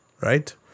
Right